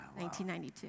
1992